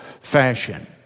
fashion